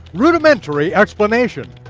rood-imentary explanation.